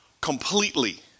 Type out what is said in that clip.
Completely